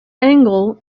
angle